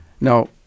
Now